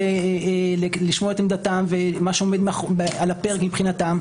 לשמוע את עמדתם ומה שעומד על הפרק מבחינתם.